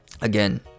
again